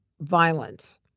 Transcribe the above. violence